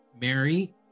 Mary